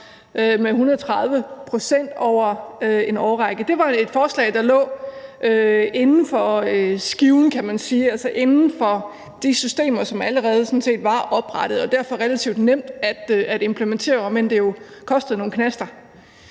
med 130 pct. over en årrække. Det var et forslag, der lå inden for skiven, kan man sige, altså inden for de systemer, som sådan set allerede var oprettet, og derfor relativt nemt at implementere, om end det jo kostede nogle knaster.